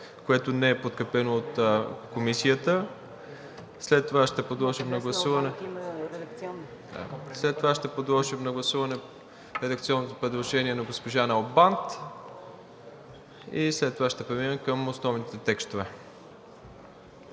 което не е подкрепено от Комисията. След това ще подложим на гласуване редакционното предложение на госпожа Налбант и след това ще преминем към основните текстове